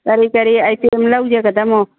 ꯀꯔꯤ ꯀꯔꯤ ꯑꯥꯏꯇꯦꯝ ꯂꯧꯖꯒꯗꯕꯅꯣ